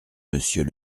monsieur